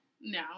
No